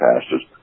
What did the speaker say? pastors